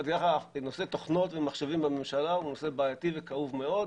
אבל נושא תוכנות ומחשבים בממשלה הוא נושא בעייתי וכאוב מאוד,